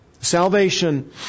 Salvation